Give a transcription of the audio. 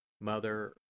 Mother